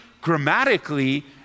grammatically